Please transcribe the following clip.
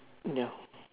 ya